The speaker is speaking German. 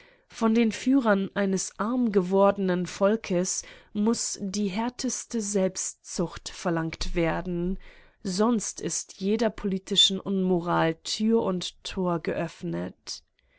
von den führern eines arm gewordenen volkes muß die härteste selbstzucht verlangt werden sonst ist jeder politischen unmoral tür und tor geöffnet